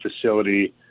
facility